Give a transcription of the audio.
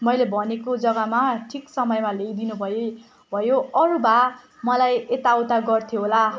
मैले भनेको जग्गामा ठिक समयमा ल्याइदिनुभयो भयो अरू भए मलाई यता उता गर्थ्यो होला